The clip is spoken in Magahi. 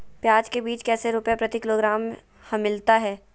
प्याज के बीज कैसे रुपए प्रति किलोग्राम हमिलता हैं?